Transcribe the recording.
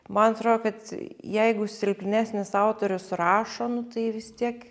man atrodo kad jeigu silpnesnis autorius rašo nu tai vis tiek